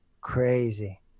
crazy